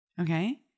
Okay